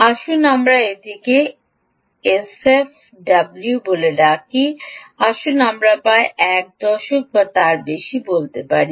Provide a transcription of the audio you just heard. আসুন আমরা এটিকে এইফ এসডব্লু বলে ডাকি আসুন আমরা প্রায় এক দশক বা তার বেশি পরে বলতে পারি